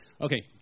Okay